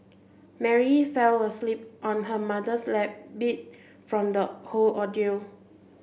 Mary fell asleep on her mother's lap beat from the whole ordeal